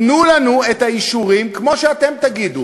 תנו לנו את האישורים, כמו שאתם תגידו,